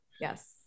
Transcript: Yes